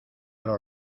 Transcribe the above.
los